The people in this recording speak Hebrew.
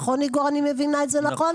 נכון איגור אני מבינה את זה נכון?